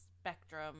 spectrum